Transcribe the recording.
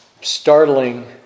startling